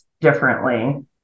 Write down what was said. differently